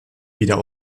wieder